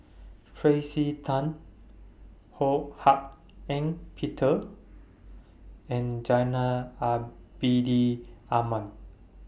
Tracey Tan Ho Hak Ean Peter and Zainal Abidin Ahmad